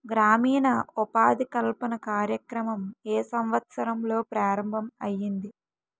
గ్రామీణ ఉపాధి కల్పన కార్యక్రమం ఏ సంవత్సరంలో ప్రారంభం ఐయ్యింది?